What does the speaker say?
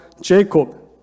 Jacob